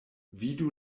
vidu